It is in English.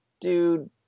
dude